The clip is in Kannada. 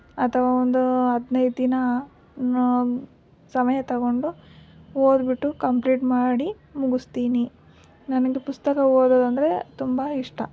ಅಥವಾ ಒಂದು ಹದಿನೈದು ದಿನ ನ ಸಮಯ ತೊಗೊಂಡು ಓದಿಬಿಟ್ಟು ಕಂಪ್ಲೀಟ್ ಮಾಡಿ ಮುಗಿಸ್ತೀನಿ ನನ್ನದು ಪುಸ್ತಕ ಓದೋದಂದರೆ ತುಂಬ ಇಷ್ಟ